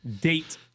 date